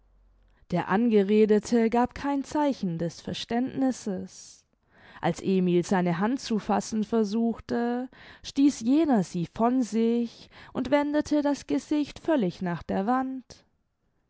der angeredete gab kein zeichen des verständnisses als emil seine hand zu fassen versuchte stieß jener sie von sich und wendete das gesicht völlig nach der wand